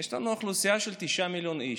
יש לנו אוכלוסייה של תשעה מיליון איש,